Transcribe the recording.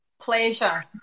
Pleasure